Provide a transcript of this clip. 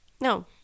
No